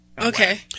okay